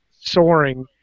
soaring